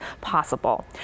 possible